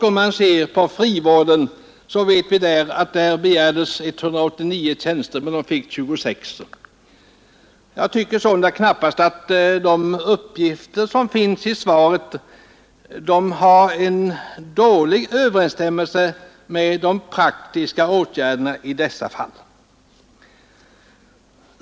För frivården begärde man 189 tjänster, men man fick 26. Jag tycker sålunda att de uppgifter som finns i svaret står i dålig överensstämmelse med de faktiska åtgärderna i dessa fall.